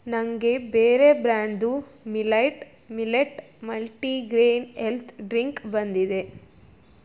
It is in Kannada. ನನಗೆ ಬೇರೆ ಬ್ರ್ಯಾಂಡ್ದು millet millet multigrain health drink ಬಂದಿದೆ